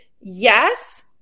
Yes